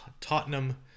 Tottenham